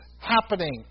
happening